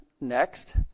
next